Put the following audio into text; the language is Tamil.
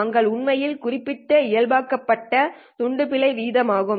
நாங்கள் உண்மையில் குறிப்பிட்டது இயல்பாக்கப்பட்ட துண்டு பிழை வீதம் ஆகும்